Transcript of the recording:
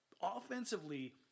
offensively